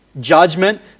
Judgment